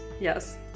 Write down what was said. Yes